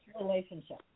relationship